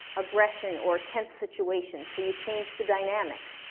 aggression or tense situations so you change the dynamic.